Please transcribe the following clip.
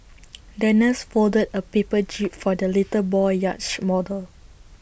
the nurse folded A paper jib for the little boy's yacht model